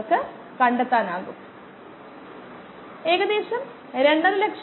നമുക്ക് കാണാനാകുന്നതുപോലെ ഇത് രണ്ട് വരികളായി പ്രതിനിധീകരിക്കുന്നു 100 മുതൽ 0